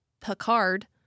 Picard